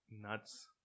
nuts